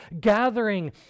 gathering